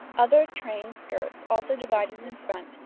other train skirts, also divided in front,